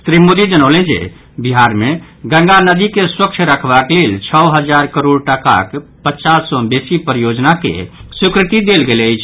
श्री मोदी जनौलनि जे बिहार मे गंगा नदी के स्वच्छ रखबाक लेल छओ हजार करोड़ टाकाक पचास सँ बेसी परियोजना के स्वीकृति देल गेल अछि